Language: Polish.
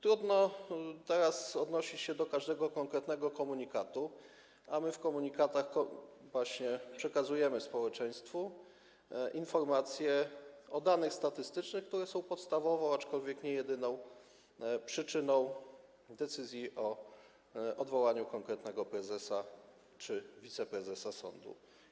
Trudno teraz odnosić się do każdego konkretnego komunikatu, a my właśnie w komunikatach przekazujemy społeczeństwu informacje o danych statystycznych, które są podstawową, aczkolwiek nie jedyną, przyczyną decyzji o odwołaniu konkretnego prezesa czy wiceprezesa sądu.